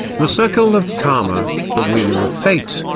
the circle of karma, the wheel of fate,